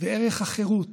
וערך החירות